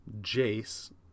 jace